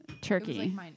Turkey